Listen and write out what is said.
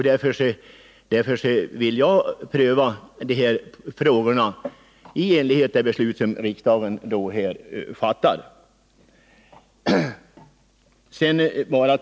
Därför vill jag pröva frågorna i enlighet med det beslut som riksdagen kommer att fatta.